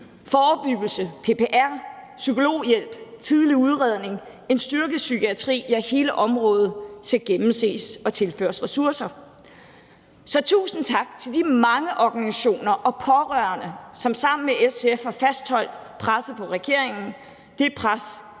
Forebyggelse, PPR, psykologhjælp, tidlig udredning, en styrket psykiatri, ja, hele området skal gennemses og tilføres ressourcer. Så tusind tak til de mange organisationer og pårørende, som sammen med SF har fastholdt presset på regeringen – det pres